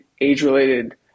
age-related